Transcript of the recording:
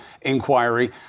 inquiry